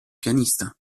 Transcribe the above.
pianista